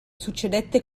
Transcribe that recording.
succedette